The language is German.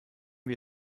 wir